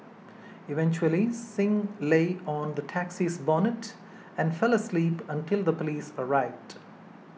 eventually Singh lay on the taxi's bonnet and fell asleep until the police arrived